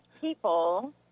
people